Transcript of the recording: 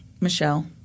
Michelle